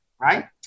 right